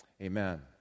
amen